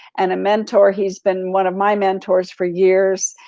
and a mentor. he's been one of my mentors for years.